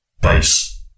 Base